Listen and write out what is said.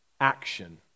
action